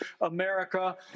America